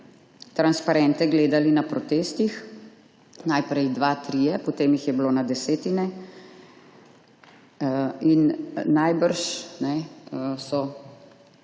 transparente gledali na protestih. Najprej dva, trije, potem jih je bilo na desetine. Najbrž so